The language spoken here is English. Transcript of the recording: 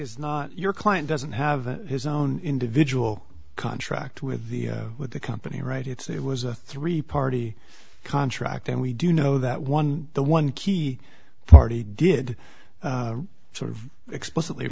is not your client doesn't have his own individual contract with the with the company right it's it was a three party contract and we do know that one the one key farty did sort of explicitly